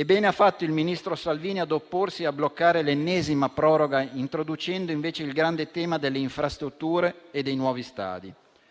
Bene ha fatto il ministro Salvini ad opporsi e a bloccare l'ennesima proroga, introducendo invece il grande tema delle infrastrutture e dei nuovi stadi.